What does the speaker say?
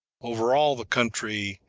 over all the country,